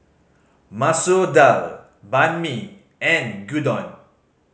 Masoor Dal Banh Mi and Gyudon